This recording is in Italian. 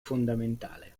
fondamentale